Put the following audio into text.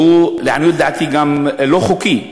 ולעניות דעתי הוא גם לא חוקי.